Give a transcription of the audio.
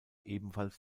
ebenfalls